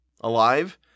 Alive